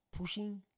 Pushing